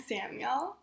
Samuel